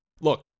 look